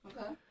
okay